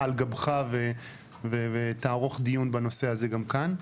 על גבך ותערוך דיון בנושא הזה גם כאן.